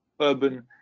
urban